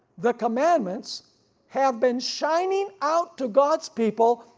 the commandments have been shining out to god's people,